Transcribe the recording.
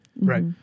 Right